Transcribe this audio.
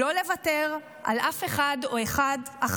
לא לוותר על אף אחד או אחת,